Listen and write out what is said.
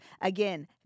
Again